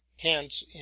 hence